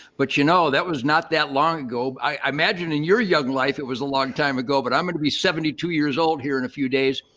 but you know, that was not that long ago. i imagine in your young life, it was a long time ago but i'm going to be seventy two years old here in a few days.